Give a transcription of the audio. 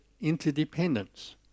interdependence